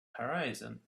horizon